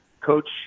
Coach